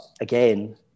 again